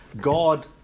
God